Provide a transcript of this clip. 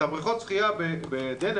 את הבריכות שחייה בדנמרק,